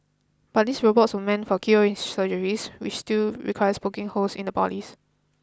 but these robots were meant for keyhole surgeries which still requires poking holes in the bodies